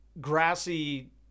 grassy